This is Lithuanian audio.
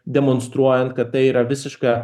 demonstruojant kad tai yra visiška